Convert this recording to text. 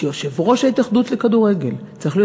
שיושב-ראש ההתאחדות לכדורגל צריך להיות